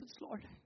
Lord